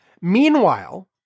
Meanwhile